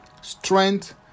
strength